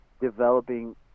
developing